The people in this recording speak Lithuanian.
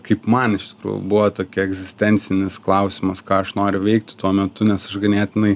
kaip man iš tikrųjų buvo tokia egzistencinis klausimas ką aš noriu veikti tuo metu nes aš ganėtinai